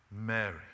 Mary